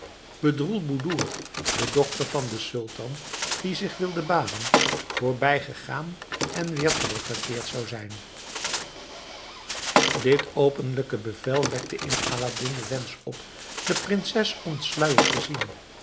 bedroelboedoer de dochter van den sultan die zich wilde baden voorbijgegaan en weer teruggekeerd zou zijn dit openlijke bevel wekte in aladdin den wensch op de prinses ontsluierd te zien